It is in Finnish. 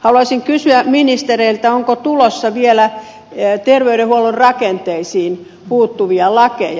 haluaisin kysyä ministereiltä onko tulossa vielä terveydenhuollon rakenteisiin puuttuvia lakeja